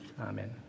amen